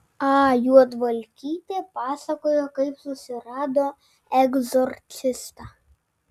a juodvalkytė pasakojo kaip susirado egzorcistą